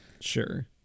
Sure